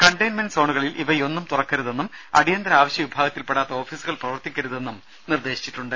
containment സോണുകളിൽ ഇവയൊന്നും തുറക്കരുതെന്നും അടിയന്തരാവശ്യവിഭാഗത്തിൽപ്പെടാത്ത ഓഫീസുകൾ പ്രവർത്തികരുതെന്നും നിർദ്ദേശിച്ചിട്ടുണ്ട്